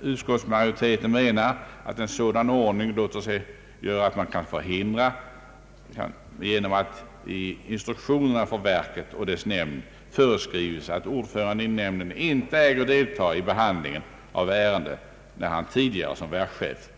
Utskottet menar att en sådan ordning kan förhindras genom att man i instruktionen för verket och dess nämnd föreskriver att ordföranden i nämnden inte äger delta i behandlingen av ett ärende när han som verkschef